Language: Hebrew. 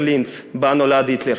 בעיר לינץ, שבה נולד היטלר.